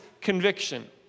conviction